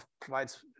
provides